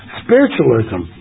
spiritualism